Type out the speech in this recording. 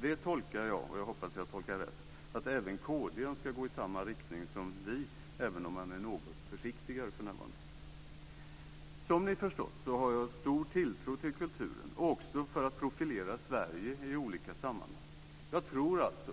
Det tolkar jag - och jag hoppas att jag tolkar rätt - som att även kristdemokraterna önskar gå i samma riktning som vi, även om man är något försiktigare för närvarande. Som ni förstått har jag stor tilltro till kulturen, också för att profilera Sverige i olika sammanhang. Jag tror alltså